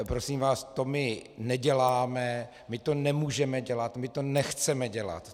Prosím vás, to my neděláme, my to nemůžeme dělat, my to nechceme dělat.